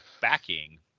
backing